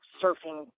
surfing